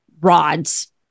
rods